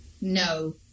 No